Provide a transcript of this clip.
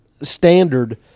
standard